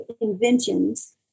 inventions